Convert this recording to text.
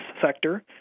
sector